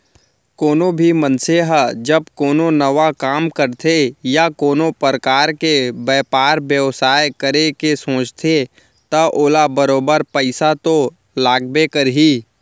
कोनो भी मनसे ह जब कोनो नवा काम करथे या कोनो परकार के बयपार बेवसाय करे के सोचथे त ओला बरोबर पइसा तो लागबे करही